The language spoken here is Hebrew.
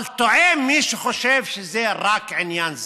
אבל טועה מי שחושב שזה רק עניין זה.